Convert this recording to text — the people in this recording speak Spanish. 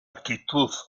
actitud